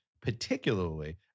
particularly